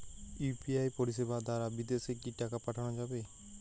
UPI পরিষেবা দারা বিদেশে কি টাকা পাঠানো যাবে?